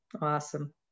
awesome